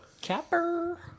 capper